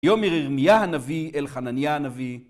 יאמר ירמיה הנביא אל חנניה הנביא.